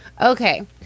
Okay